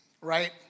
right